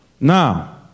Now